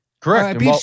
Correct